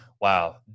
wow